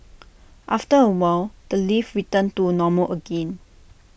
after A while the lift returned to normal again